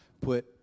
put